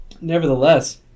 Nevertheless